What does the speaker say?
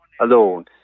alone